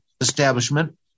establishment